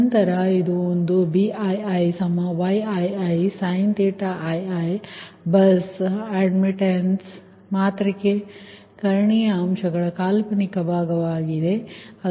ನಂತರ ಇದು ಒಂದು Bii|Yii| ii ಬಸ್ ಅಡ್ಮಿಟ್ಟನ್ಸ್ ಮಾತೃಕೆ ಕರ್ಣೀಯ ಅಂಶಗಳ ಕಾಲ್ಪನಿಕ ಭಾಗವಾಗಿದೆ ಅದು 𝑌 ಆಗಿದೆ